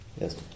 Yes